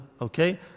Okay